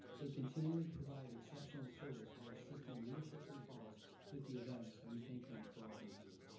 they continually provide exceptional service while assisting leadership great falls with the event and we thank them for all they do.